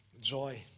joy